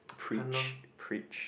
preach preach